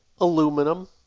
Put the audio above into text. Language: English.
aluminum